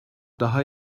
daha